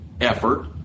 effort